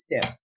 steps